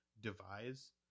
Devise